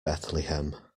bethlehem